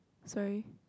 sorry